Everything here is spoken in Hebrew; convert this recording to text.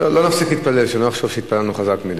לא נפסיק להתפלל, שלא נחשוב שהתפללנו חזק מדי.